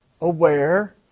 aware